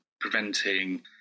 preventing